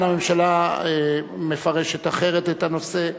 הממשלה מפרשת אחרת את הנושא,